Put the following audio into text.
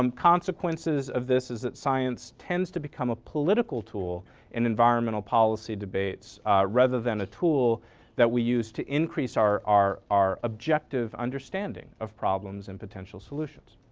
um consequences of this is that science tends to become a political tool in environmental policy debates rather than a tool that we use to increase our our objective understanding of problems and potential solutions.